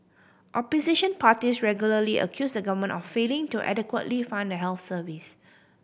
opposition parties regularly accuse the government of failing to adequately fund the health service